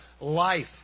life